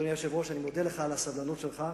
אדוני היושב-ראש, אני מודה לך על הסבלנות שלך,